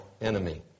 enemy